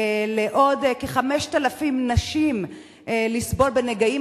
לעוד כ-5,000 נשים לסבול מנגעים